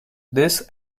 this